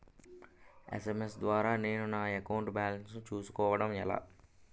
SMS ద్వారా నేను నా అకౌంట్ బాలన్స్ చూసుకోవడం ఎలా?